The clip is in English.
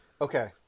Okay